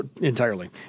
Entirely